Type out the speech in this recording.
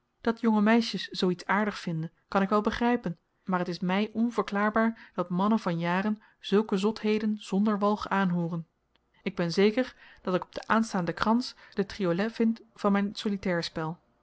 dat jonge meisjes zoo iets aardig vinden kan ik wel begrypen maar t is my onverklaarbaar dat mannen van jaren zulke zotheden zonder walg aanhooren ik ben zeker dat ik op den aanstaanden krans den triolet vind van myn